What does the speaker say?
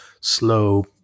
slow